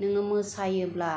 नोङो मोसायोब्ला